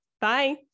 Bye